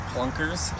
Plunkers